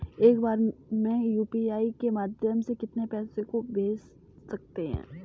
एक बार में यू.पी.आई के माध्यम से कितने पैसे को भेज सकते हैं?